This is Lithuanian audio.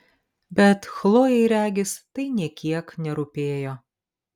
bet chlojei regis tai nė kiek nerūpėjo